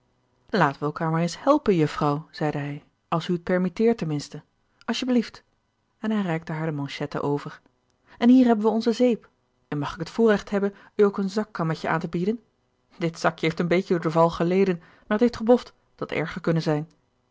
laten we elkaar maar eens helpen jufvrouw zeide hij als u het permitteert ten minste als je blieft en hij reikte haar de manchetten over en hier hebben we onze zeep en mag ik het voorrecht hebben u ook een zakkammetje aan te bieden dit zakje heeft een beetje door den val geleden maar t heeft geboft t had erger kunnen zijn